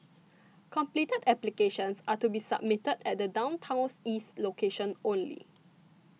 completed applications are to be submitted at the Downtowns East location only